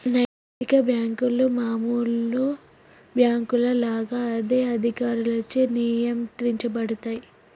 నైతిక బ్యేంకులు మామూలు బ్యేంకుల లాగా అదే అధికారులచే నియంత్రించబడతయ్